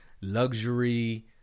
luxury